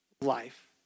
life